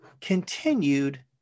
continued